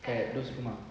kat those rumah